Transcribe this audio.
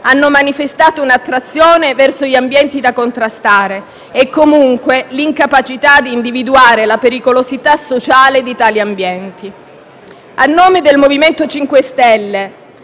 hanno manifestato un'attrazione verso gli ambienti da contrastare e comunque l'incapacità di individuare la pericolosità sociale di tali ambienti. A nome del MoVimento 5 Stelle,